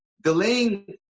Delaying